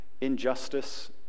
injustice